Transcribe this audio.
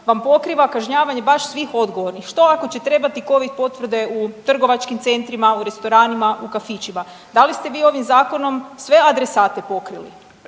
vam pokriva kažnjavanje baš svih odgovornih. Što ako će trebati Covid potvrde u trgovačkim centrima, u restoranima, u kafićima. Da li ste vi ovim zakonom sve adresate pokrili?